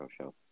show